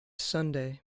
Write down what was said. sunday